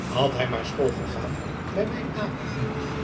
had hij maar school gegaan bij mijn aap